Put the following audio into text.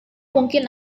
mungkin